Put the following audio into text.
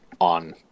on